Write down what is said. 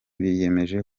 biyemeje